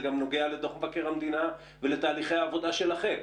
זה גם נוגע להערות של דוח מבקר המדינה לגבי תהליכי העבודה שלכם.